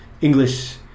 English